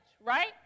right